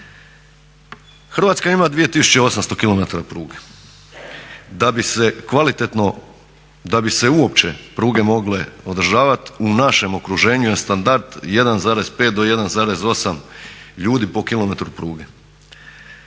Hrvatska ima 2800 km pruge, da bi se kvalitetno da bi se uopće pruge mogle održavati u našem okruženju je standard 1,5 do 1,8 ljudi po kilometru pruge.